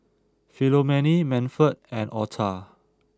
Philomene Manford and Otha